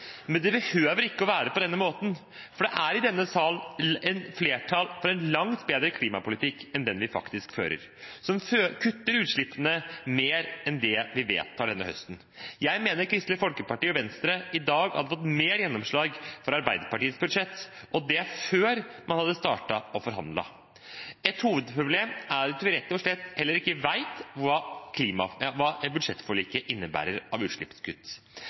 Men det behøver ikke å være på denne måten, for det er i denne sal flertall for en langt bedre klimapolitikk enn den vi faktisk fører, som kutter utslippene mer enn det vi vedtar denne høsten. Jeg mener Kristelig Folkeparti og Venstre i dag hadde fått mer gjennomslag for Arbeiderpartiets budsjett, og det er før man hadde startet å forhandle. Et hovedproblem er at vi rett og slett heller ikke vet hva budsjettforliket innebærer av utslippskutt.